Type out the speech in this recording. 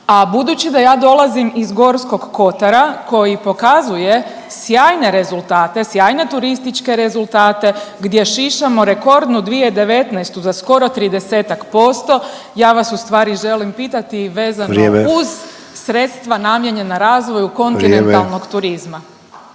A budući da ja dolazim iz Gorskog kotara koji pokazuje sjajne rezultate, sjajne turističke rezultate gdje šišamo rekordnu 2019. za skoro 30-ak posto ja vas vezano uz …/Upadica Sanader: Vrijeme./… sredstava namijenjena razvoju …/Upadica